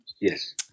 Yes